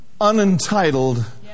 unentitled